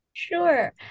Sure